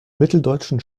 mitteldeutschen